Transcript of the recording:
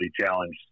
challenge